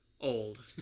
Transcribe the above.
old